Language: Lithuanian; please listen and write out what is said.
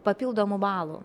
papildomų balų